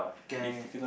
can can